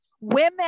women